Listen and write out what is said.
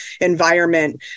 environment